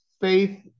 faith